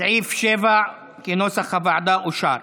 סעיף 7, כנוסח הוועדה, אושר.